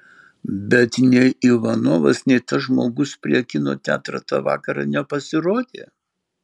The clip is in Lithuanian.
bet nei ivanovas nei tas žmogus prie kino teatro tą vakarą nepasirodė